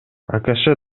акш